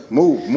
move